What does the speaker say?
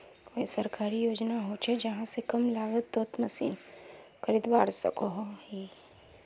कोई सरकारी योजना होचे जहा से कम लागत तोत मशीन खरीदवार सकोहो ही?